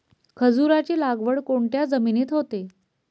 खजूराची लागवड कोणत्या जमिनीत होते?